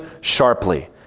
sharply